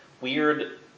weird